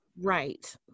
Right